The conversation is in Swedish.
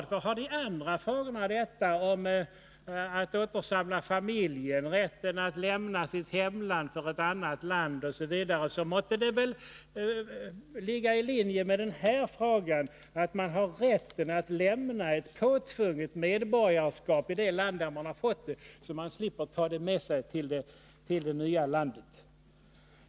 Det som gäller för andra liknande frågor — frågan om att återsamla familjen, rätten att lämna sitt hemland för ett annat land osv. — måste väl ligga i linje också med den här frågan, som handlar om rätten att avsäga sig ett påtvunget medborgarskap i det land där man fått det, så att man slipper ta det medborgarskapet med sig till sitt nya hemland.